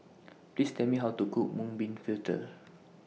Please Tell Me How to Cook Mung Bean Fritters